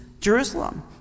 Jerusalem